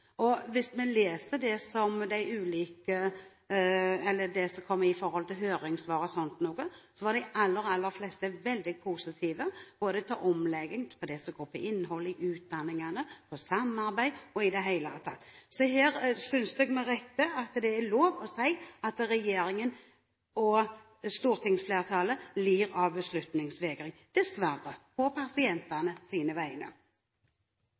som kom av høringssvar osv., var de aller, aller fleste veldig positive til omlegging av det som går på innhold i utdanningene, på samarbeid og i det hele tatt. Så her synes jeg med rette at det er lov å si at regjeringen og stortingsflertallet lider av beslutningsvegring – dessverre – på